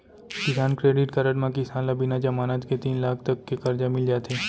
किसान credit card म किसान ल बिना जमानत के तीन लाख तक के करजा मिल जाथे